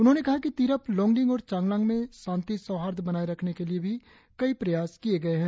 उन्होंने कहा कि तिरप लोंगडिंग और चांगलांग में शांति सौहार्द बनाए रखने के लिए भी कई प्रयास किए गए है